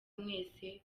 mwese